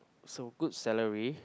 so good salary